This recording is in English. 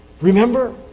Remember